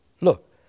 Look